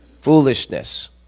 foolishness